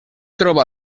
troba